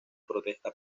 protesta